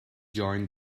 join